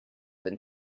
than